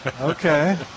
Okay